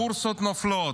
הבורסות נופלות.